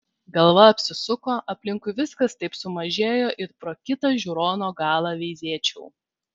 galva apsisuko aplinkui viskas taip sumažėjo it pro kitą žiūrono galą veizėčiau